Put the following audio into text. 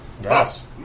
Yes